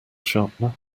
sharpener